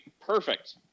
perfect